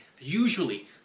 Usually